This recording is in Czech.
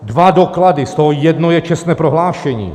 Dva doklady, z toho jedno je čestné prohlášení.